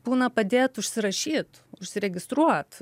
būna padėt užsirašyt užsiregistruot